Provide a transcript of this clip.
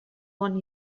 one